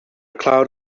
cloud